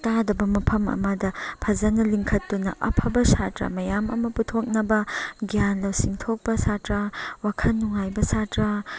ꯇꯥꯗꯕ ꯃꯐꯝ ꯑꯃꯗ ꯐꯖꯅ ꯂꯤꯡꯈꯠꯇꯨꯅ ꯑꯐꯕ ꯁꯥꯇ꯭ꯔꯥ ꯃꯌꯥꯝ ꯑꯃ ꯄꯨꯊꯣꯛꯅꯕ ꯒ꯭ꯌꯥꯟ ꯂꯧꯁꯤꯡ ꯊꯣꯛꯄ ꯁꯥꯇ꯭ꯔꯥ ꯋꯥꯈꯜ ꯅꯨꯡꯉꯥꯏꯕ ꯁꯥꯇ꯭ꯔꯥ